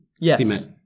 Yes